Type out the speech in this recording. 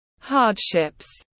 hardships